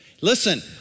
Listen